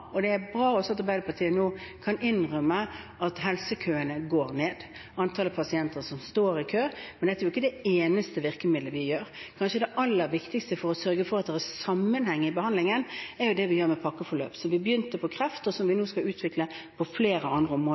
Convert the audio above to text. at Arbeiderpartiet nå kan innrømme at helsekøene, antallet pasienter som står i kø, går ned, men dette er jo ikke det eneste virkemiddelet vi har. Kanskje det aller viktigste for å sørge for at det er sammenheng i behandlingen, er det vi gjør med pakkeforløp, som vi begynte med for kreft, og som vi nå skal utvikle på flere andre områder.